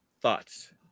Thoughts